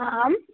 आम्